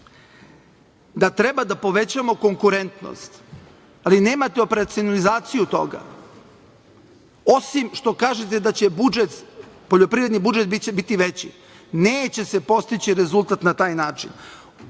da treba da povećamo konkurentnost, ali nemate operacionalizaciju toga osim što kažete da će poljoprivredni budžet biti veći. Neće se postići rezultat na taj način. Tačno